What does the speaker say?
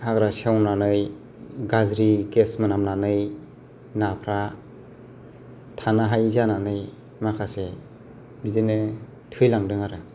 हाग्रा सेवनानै गाज्रि गेस मोनामनानै नाफ्रा थानो हायै जानानै माखासे बिदिनो थैलांदों आरो